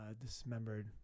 Dismembered